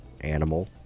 animal